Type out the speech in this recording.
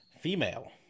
Female